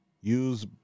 use